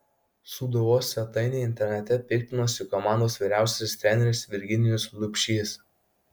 sūduvos svetainei internete piktinosi komandos vyriausiasis treneris virginijus liubšys